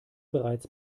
bereits